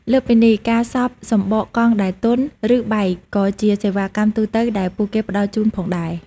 លើសពីនេះ ការសប់សំបកកង់ដែលទន់ ឬបែកក៏ជាសេវាកម្មទូទៅដែលពួកគេផ្តល់ជូនផងដែរ។